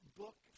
book